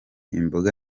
imboga